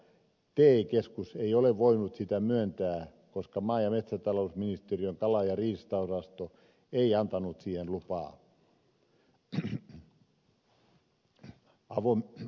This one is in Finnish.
te keskus ei ole voinut sitä myöntää koska maa ja metsätalousministeriön kala ja riistaosasto ei antanut siihen lupaa